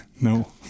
No